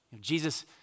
Jesus